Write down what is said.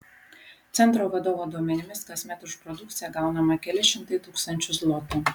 centro vadovo duomenimis kasmet už produkciją gaunama keli šimtai tūkstančių zlotų